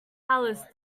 alice